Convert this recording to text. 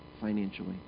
financially